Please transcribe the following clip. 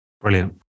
Brilliant